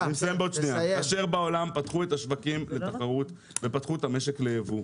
כאשר בעולם פתחו את השווקים לתחרות ופתחו את המשק ליבוא,